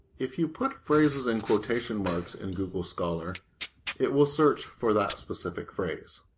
if you put phrases in quotation marks in google scholar it will search for that specific phrase.